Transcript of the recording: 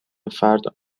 فرد